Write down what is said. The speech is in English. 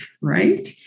Right